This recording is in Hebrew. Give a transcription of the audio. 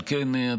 על כן,